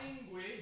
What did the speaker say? language